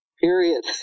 period